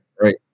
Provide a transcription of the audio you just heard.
right